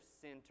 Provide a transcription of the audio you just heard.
center